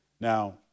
Now